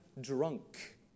drunk